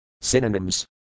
Synonyms